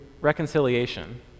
reconciliation